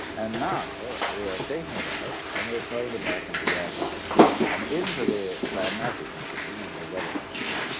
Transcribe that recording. and now we are taking it out and we're throwing it back into the atmosphere and into the climatic machine, into the weather machine,